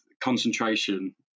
concentration